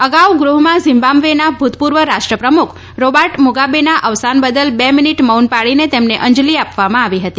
અગાઉ ગૃહમાં ઝિમ્બાબ્વેના ભૂતપૂર્વ રાષ્ટ્રપ્રમુખ રોબર્ટ મુગાબેના અવસાન બદલ બે મિનિટ મૌન પાળીને તેમને અંજલી આપવામાં આવી હતી